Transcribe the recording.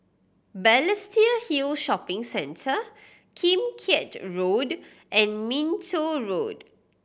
Balestier Hill Shopping Centre Kim Keat Road and Minto Road